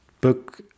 book